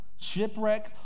Shipwreck